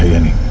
any